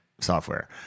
software